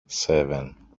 seven